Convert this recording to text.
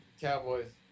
Cowboys